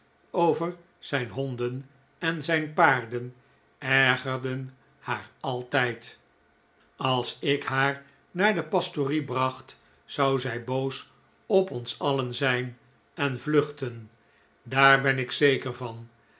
over zijn honden en zijn paarden ergerden haar altijd als ik haar naar de pastorie bracht zou zij boos op ons alien zijn en vluchten daar ben ik zeker van